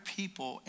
people